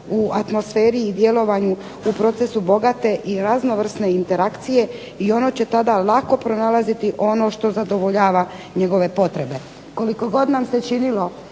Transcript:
u atmosferi i djelovanju u procesu bogate i raznovrsne interakcije i ono će tada lako pronalaziti ono što zadovoljava njegove potrebe. Koliko god nam se činilo